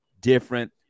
different